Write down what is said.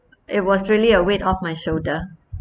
it was really a weight off my shoulder